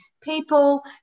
people